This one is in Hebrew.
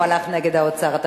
הוא הלך נגד האוצר.